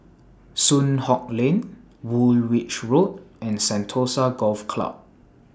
Soon Hock Lane Woolwich Road and Sentosa Golf Club